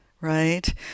right